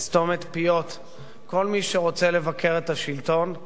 לסתום את פיות כל מי שרוצה לבקר את השלטון,